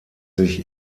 sich